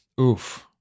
Oof